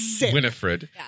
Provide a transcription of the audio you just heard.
Winifred